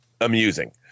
amusing